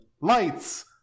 lights